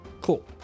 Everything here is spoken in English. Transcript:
Cool